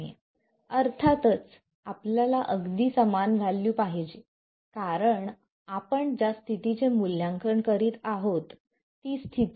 slide time पहा0529 अर्थात आपल्याला अगदी समान व्हॅल्यू पाहिजे कारण आपण ज्या स्थितीचे मूल्यांकन करत आहोत ती स्थिती